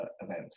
event